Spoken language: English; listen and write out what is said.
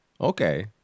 Okay